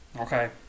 Okay